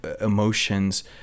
emotions